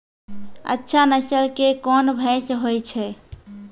अच्छा नस्ल के कोन भैंस होय छै?